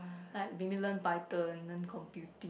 like maybe learn python learn computing